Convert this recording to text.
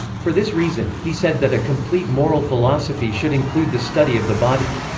for this reason, he said that a complete moral philosophy should include the study of the body.